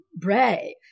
brave